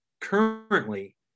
currently